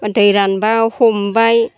एबा दै रानब्ला हमबाय